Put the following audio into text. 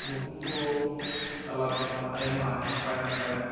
ᱱᱩᱠᱩ ᱠᱚ ᱛᱟᱞᱟᱛᱮ ᱦᱚᱸ ᱟᱭᱢᱟ ᱱᱟᱯᱟᱭ ᱱᱟᱯᱟᱭᱟᱜ